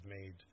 made